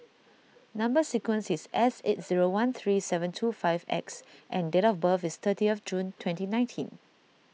Number Sequence is S eight zero one three seven two five X and date of birth is thirty of June twenty nineteen